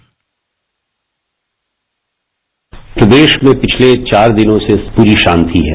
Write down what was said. bite प्रदेश में पिछले चार दिनों से पूरी शांति है